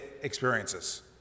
experiences